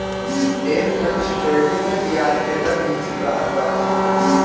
debt fund security में बियाज के दर निश्चित रहत बाटे